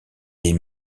des